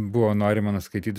buvo norima nuskaityt